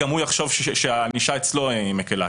גם הוא יחשוב שהענישה אצלם מקלה.